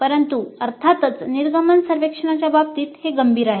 परंतु अर्थातच निर्गमन सर्वेक्षणाच्या बाबतीत हे गंभीर आहे